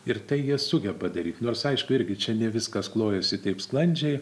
ir tai jie sugeba daryt nors aišku irgi čia ne viskas klojasi taip sklandžiai